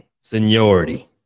Seniority